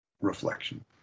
reflection